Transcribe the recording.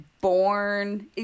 born